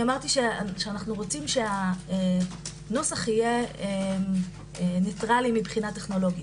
רוצים שהנוסח יהיה ניטרלי מבחינה טכנולוגית.